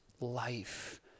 life